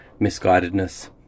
misguidedness